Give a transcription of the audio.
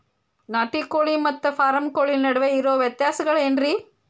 ನಾಟಿ ಕೋಳಿ ಮತ್ತ ಫಾರಂ ಕೋಳಿ ನಡುವೆ ಇರೋ ವ್ಯತ್ಯಾಸಗಳೇನರೇ?